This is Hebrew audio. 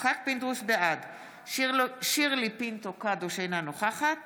בעד שירלי פינטו קדוש, אינה נוכחת